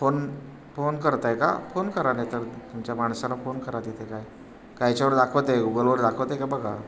phone phone करताय का phone करा नाही तर तुमच्या माणसाला फोन करा तिथे काय कायच्यावर दाखवतं आहे गुगलवर दाखवतं आहे का बघा